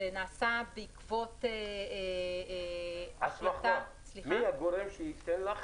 זה נעשה בעקבות -- מי הגורם שייתן לך